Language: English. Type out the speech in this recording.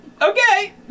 Okay